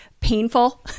painful